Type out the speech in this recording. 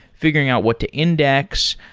figuring out what to index,